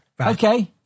Okay